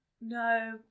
No